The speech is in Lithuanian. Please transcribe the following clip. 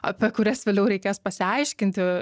apie kurias vėliau reikės pasiaiškinti